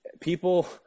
people